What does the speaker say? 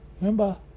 Remember